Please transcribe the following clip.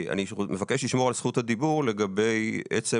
אני מבקש לשמור על זכות הדיבור לגבי עצם